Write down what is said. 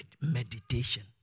meditation